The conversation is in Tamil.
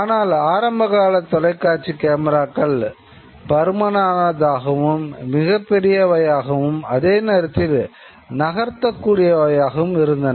ஆனால் ஆரம்பகால தொலைக்காட்சி கேமராக்கள் பருமனானதாகவும் மிகப்பெரியவையாகவும் அதே நேரத்தில் நகர்த்தக்கூடியவையாகவும் இருந்தன